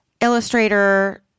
illustrator